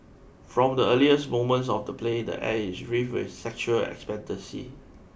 from the earliest moments of the play the air is rife with sexual expectancy